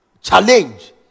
challenge